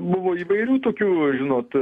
buvo įvairių tokių žinot